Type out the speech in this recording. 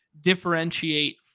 differentiate